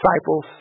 disciples